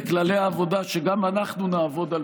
אלה כללי העבודה שגם אנחנו נעבוד על